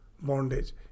bondage